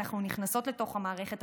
אנחנו נכנסות לתוך המערכת,